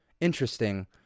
interesting